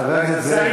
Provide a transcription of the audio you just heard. חבר הכנסת זאב,